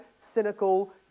cynical